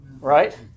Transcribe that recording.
right